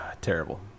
terrible